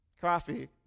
Coffee